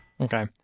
Okay